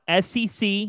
SEC